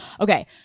Okay